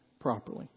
properly